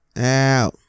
out